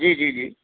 जी जी जी